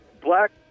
Black